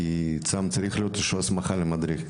שם צריכה להיות איזו שהיא הסמכה למדריך,